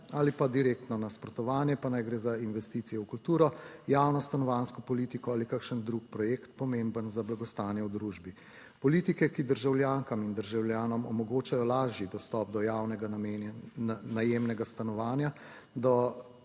ali pa direktno nasprotovanje, pa naj gre za investicije v kulturo, javno stanovanjsko politiko ali kakšen drug projekt, pomemben za blagostanje v družbi. Politike, ki državljankam in državljanom omogočajo lažji dostop do javnega najemnega stanovanja